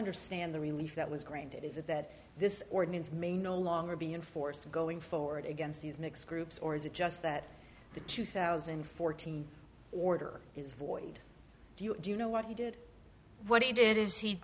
understand the relief that was granted is it that this ordinance may no longer be enforced going forward against these mixed groups or is it just that the two thousand and fourteen order is void do you know what he did what he did is he